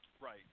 Right